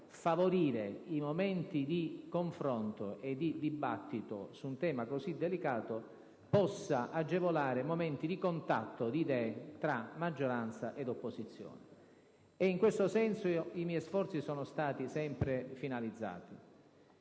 favorire i momenti di confronto e di dibattito su un tema così delicato possa agevolare uno scambio di contatto, di idee tra maggioranza e opposizione. In questo senso i miei sforzi sono sempre stati finalizzati.